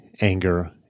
Anger